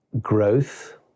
growth